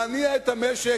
להניע את המשק,